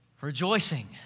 rejoicing